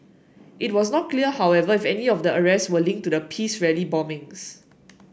it was not clear however if any of the arrest were linked to the peace rally bombings